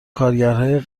کارگرهای